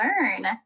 learn